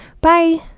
Bye